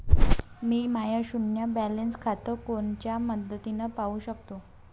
मी माय शुन्य बॅलन्स खातं कोनच्या पद्धतीनं पाहू शकतो?